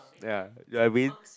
ya get what I mean